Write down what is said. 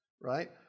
right